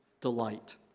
delight